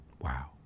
Wow